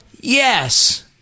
Yes